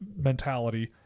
mentality